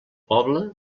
poble